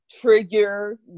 trigger